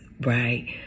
right